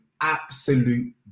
absolute